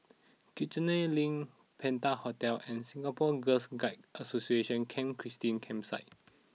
Kiichener Link Penta Hotel and Singapore Girl Guides Association Camp Christine Campsite